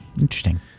Interesting